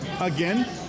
again